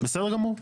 בסדר גמור.